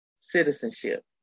citizenship